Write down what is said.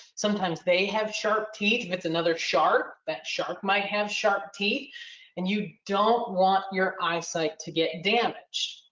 sometimes they have sharp teeth with another shark. that shark might have sharp teeth and you don't want your eyesight to get damaged.